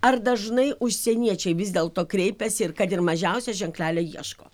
ar dažnai užsieniečiai vis dėlto kreipiasi ir kad ir mažiausio ženklelio ieško